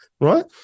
right